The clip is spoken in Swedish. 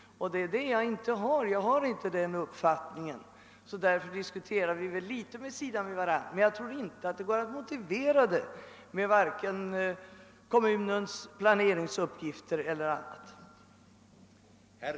Jag har inte den uppfattningen, och därför diskuterar vi väl litet vid sidan om varandra. Enligt min mening går det inte att motivera ett kommunalt markägande med vare sig kommunens planeringsuppgifter eller annat dylikt.